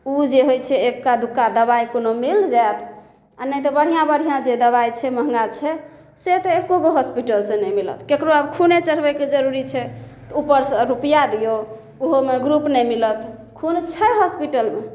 उ जे होइ छै एक्का दुक्का दबाइ कोनो मिल जायत आ नहि तऽ बढ़िऑं बढ़िऑं जे दबाइ छै महँगा छै से तऽ एगो होस्पिटल से नहि मिलत केकरो आब खूने चढ़बैके जरूरी छै तऽ ऊपर से रूपैआ दियौ ओहोमे ग्रुप नहि मिलत खून छै होस्पिटलमे